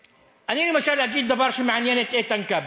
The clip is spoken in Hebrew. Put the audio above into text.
אני, למשל, אגיד דבר שמעניין את איתן כבל.